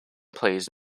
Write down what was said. plays